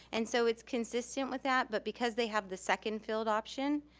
and so it's consistent with that, but because they have the second field option,